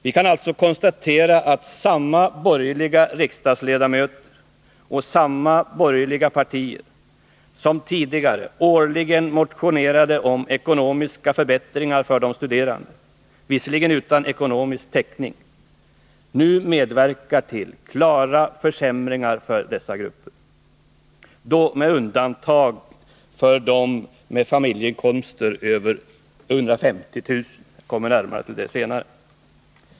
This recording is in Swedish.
Vi kan alltså konstatera att samma borgerliga riksdagsledamöter och samma borgerliga partier som tidigare årligen motionerade om ekonomiska förbättringar för de studerande — låt vara att de gjorde det utan ekonomisk täckning — nu medverkar till klara försämringar för dessa grupper, med undantag för dem med familjeinkomster över 150 000 kr. ; jag återkommer till det senare.